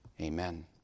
Amen